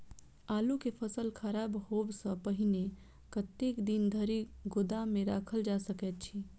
आलु केँ फसल खराब होब सऽ पहिने कतेक दिन धरि गोदाम मे राखल जा सकैत अछि?